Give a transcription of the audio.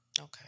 Okay